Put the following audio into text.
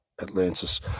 Atlantis